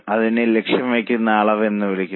ഇതിനെ ലക്ഷ്യം വയ്ക്കുന്ന അളവ് എന്ന് വിളിക്കുന്നു